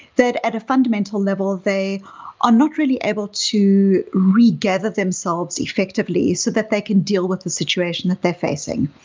that at a fundamental level they are not really able to regather themselves effectively so that they can deal with the situation that they're facing.